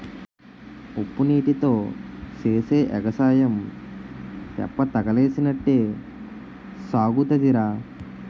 ఉప్పునీటీతో సేసే ఎగసాయం తెప్పతగలేసినట్టే సాగుతాదిరా